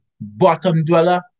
bottom-dweller